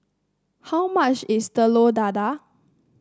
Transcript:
how much is Telur Dadah